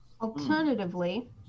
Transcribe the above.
Alternatively